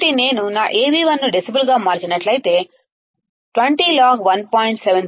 కాబట్టి నేను నా Av1 ను డెసిబెల్గా మార్చినట్లయితే 20లాగ్ 1